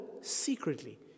secretly